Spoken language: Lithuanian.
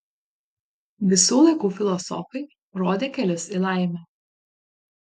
visų laikų filosofai rodė kelius į laimę